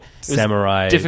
samurai